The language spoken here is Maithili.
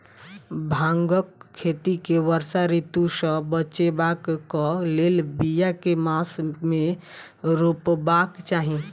भांगक खेती केँ वर्षा ऋतु सऽ बचेबाक कऽ लेल, बिया केँ मास मे रोपबाक चाहि?